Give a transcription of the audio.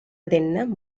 தென்ன